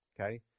okay